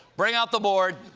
bring out the board.